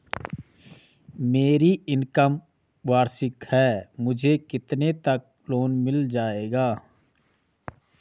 मेरी इनकम वार्षिक है मुझे कितने तक लोन मिल जाएगा?